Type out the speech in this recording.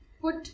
put